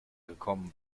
gekommen